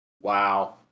wow